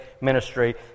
ministry